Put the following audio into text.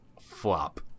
flop